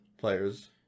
players